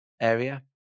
area